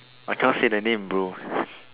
I can't say the name bro